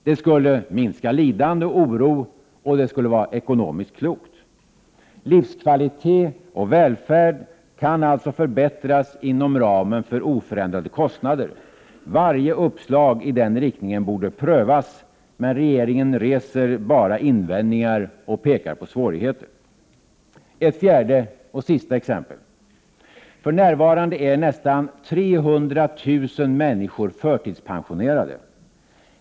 Det skulle minska lidande och oro, och det vore ekonomiskt klokt. Livskvalitet och välfärd kan alltså förbättras inom ramen för oförändrade kostnader. Varje uppslag i den riktningen borde prövas. Men regeringen Prot. 1988/89:59 reser bara invändningar och pekar på svårigheter. 1 februari 1989 4. För närvarande är nästan 300 000 människor förtidspensionerade.